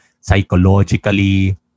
psychologically